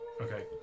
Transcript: Okay